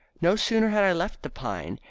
no sooner had i left the pine,